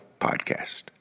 Podcast